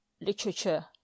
Literature